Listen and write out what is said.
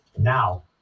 Now